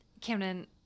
camden